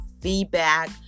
feedback